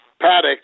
Paddock